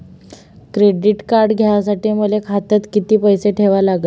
Credit card घ्यासाठी मले खात्यात किती पैसे ठेवा लागन?